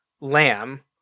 lamb